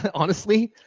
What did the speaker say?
and honestly,